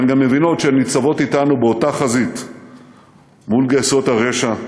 והן גם מבינות שהן ניצבות אתנו באותה חזית מול גיסות הרשע,